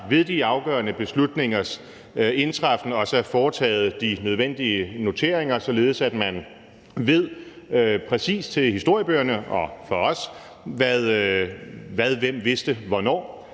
ved de afgørende beslutningers indtræffen også er foretaget de nødvendige noteringer, således at man ved præcis, til historiebøgerne og for os, hvad hvem vidste hvornår?